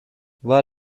war